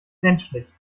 menschlich